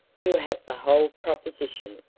you have the whole proposition.